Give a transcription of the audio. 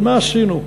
מה עשינו?